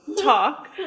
talk